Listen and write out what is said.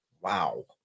Wow